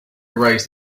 erase